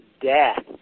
death